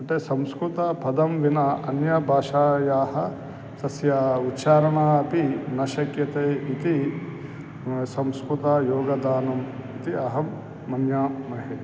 अन्ते संस्कृतपदेन विना अन्यभाषायाः सस्यम् उच्चारणम् अपि न शक्यते इति संस्कृतयोगदानम् इति अहं मन्यामहे